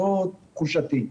זו תחושתי.